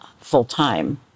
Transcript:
full-time